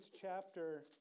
chapter